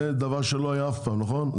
זה דבר שלא היה אף פעם נכון?